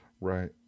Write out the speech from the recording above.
right